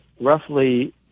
roughly